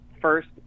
first